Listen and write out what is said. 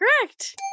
Correct